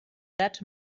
that